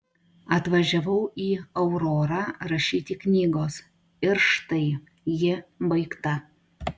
atvažiavau į aurorą rašyti knygos ir štai ji baigta